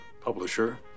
publisher